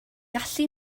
gallu